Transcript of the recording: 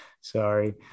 sorry